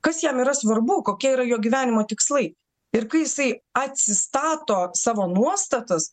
kas jam yra svarbu kokie yra jo gyvenimo tikslai ir kai jisai atsistato savo nuostatas